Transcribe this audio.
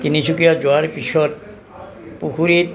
তিনিচুকীয়া যোৱাৰ পিছত পুখুৰীত